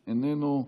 איננו,